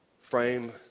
frame